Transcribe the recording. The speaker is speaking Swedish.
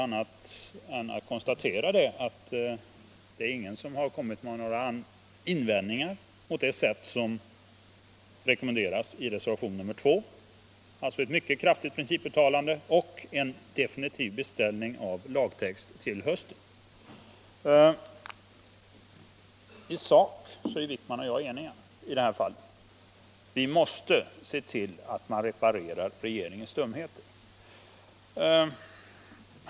Jag kan inte konstatera annat än att ingen har kommit med invändningar mot det sätt som rekommenderas i reservationen 2, alltså ett mycket kraftigt principuttalande, eller mot en definitiv beställning av lagtext till hösten. I sak är herr Wijkman och jag i det här fallet eniga om att vi måste se till att regeringens dumheter repareras.